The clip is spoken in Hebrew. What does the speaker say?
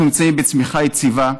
אנחנו נמצאים בצמיחה יציבה,